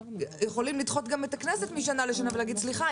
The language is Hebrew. יכולים לדחות גם את הכנסת משנה לשנה ולהגיד: סליחה,